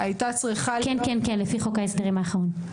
כן, לפי חוק ההסדרים האחרון.